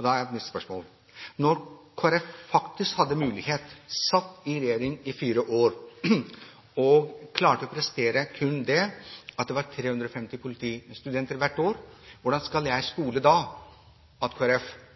Da er mitt spørsmål: Når Kristelig Folkeparti faktisk hadde mulighet, de satt i regjering i fire år og klarte å prestere kun det, at det var 350 politistudenter hvert år, hvordan skal jeg da stole på at